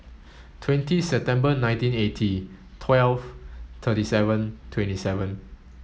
twenty September nineteen eighty twelve thirty seven twenty seven